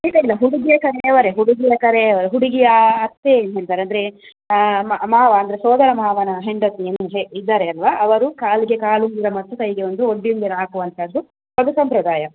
ಹುಡುಗ ಅಲ್ಲ ಹುಡುಗಿಯ ಕಡೆಯವರೆ ಹುಡುಗಿಯ ಕರೆಯ ಹುಡುಗಿಯ ಅತ್ತೆ ಏನು ಹೇಳ್ತಾರೆ ಅಂದರೆ ಮಾವ ಅಂದರೆ ಸೋದರ ಮಾವನ ಹೆಂಡತಿ ನಿಮಗೆ ಇದ್ದಾರೆ ಅಲ್ವ ಅವರು ಕಾಲಿಗೆ ಕಾಲುಂಗುರ ಮತ್ತು ಕೈಗೆ ಒಂದು ಒಡ್ಯುಂಗುರ ಹಾಕುವಂಥದ್ದು ಅದು ಸಂಪ್ರದಾಯ